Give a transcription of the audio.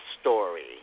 story